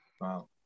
wow